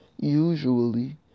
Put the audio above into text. usually